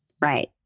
Right